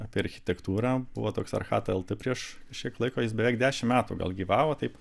apie architektūrą buvo toks archata el t prieš kiek laiko jis beveik dešimt metų gal gyvavo taip